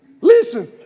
Listen